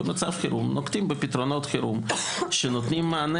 במצב חירום נוקטים בפתרונות חירום שנותנים מענה